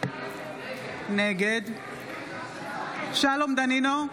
נגד שלום דנינו,